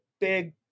big